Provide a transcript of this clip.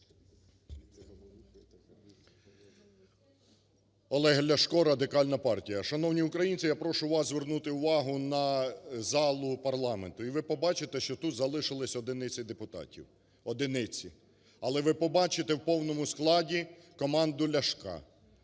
Олег Ляшко, Радикальна партія. Шановні українці, я прошу вас звернути увагу на залу парламенту, і ви побачите, що тут залишились одиниці депутатів, одиниці. Але ви побачите в повному складі команду Ляшка